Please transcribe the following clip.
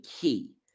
key